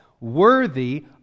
worthy